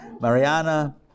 Mariana